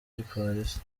gipolisi